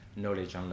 knowledge